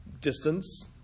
distance